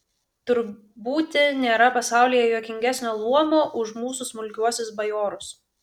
tur būti nėra pasaulyje juokingesnio luomo už mūsų smulkiuosius bajorus